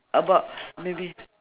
about maybe